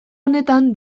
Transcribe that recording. honetan